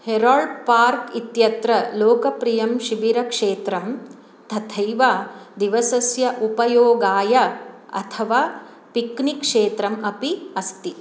herald Park इत्यत्र लोकप्रियं शिबिरक्षेत्रं तथैव दिवसस्य उपयोगाय अथवा पिक्निक् क्षेत्रम् अपि अस्ति